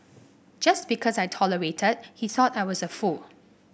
just because I tolerated he thought I was a fool